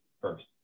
first